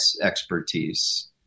expertise